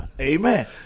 Amen